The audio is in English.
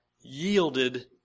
yielded